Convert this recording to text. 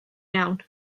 iawn